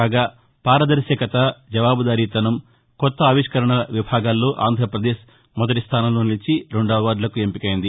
కాగా పారదర్శకత జవాబుదారీతనం కొత్త ఆవిష్కరణ విభాగాల్లో ఆంధ్రప్రదేశ్ మొదటి స్థానంలో నిలిచి రెండు అవార్దులకు ఎంపికైంది